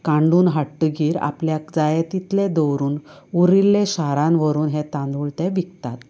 कांडून हाडटगीर आपल्याक जाए तितले दोवरून उरिल्ले शारांत व्हरून हे तांदूळ हे विकतात